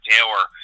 Taylor